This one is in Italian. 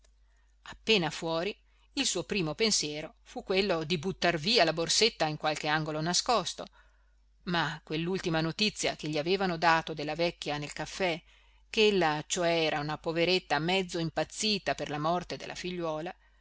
appena fuori il suo primo pensiero fu quello di buttar via la borsetta in qualche angolo nascosto ma quell'ultima notizia che gli avevano dato della vecchia nel caffè che ella cioè era una poveretta mezzo impazzita per la morte della figliuola